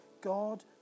God